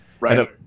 Right